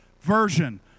version